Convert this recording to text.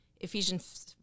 Ephesians